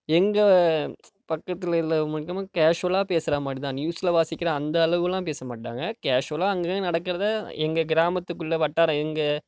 எங்கள் பக்கத்தில் உள்ள முக்கியமாக கேஷுவலாக பேசுகிற மாதிரி தான் நியூஸில் வாசிக்கிற அந்த அளவெல்லாம் பேச மாட்டாங்க கேஷுவலாக அங்கங்கே நடக்கிறத எங்கள் கிராமத்துக்குள்ளே வட்டார எங்கள்